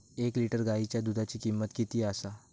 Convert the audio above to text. एक लिटर गायीच्या दुधाची किमंत किती आसा?